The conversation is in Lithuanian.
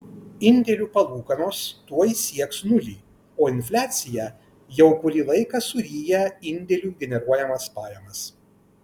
indėlių palūkanos tuoj sieks nulį o infliacija jau kurį laiką suryja indėlių generuojamas pajamas